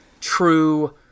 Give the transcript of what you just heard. true